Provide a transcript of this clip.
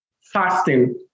fasting